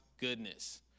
goodness